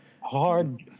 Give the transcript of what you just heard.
hard